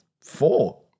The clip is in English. four